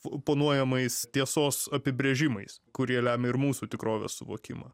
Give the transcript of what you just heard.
oponuojamais tiesos apibrėžimais kurie lemia ir mūsų tikrovės suvokimą